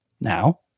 Now